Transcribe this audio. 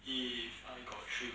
so the thing is ah